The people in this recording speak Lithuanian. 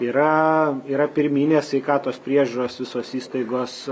yra yra pirminės sveikatos priežiūros visos įstaigos